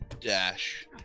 dash